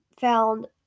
found